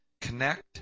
connect